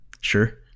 sure